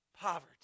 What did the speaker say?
Poverty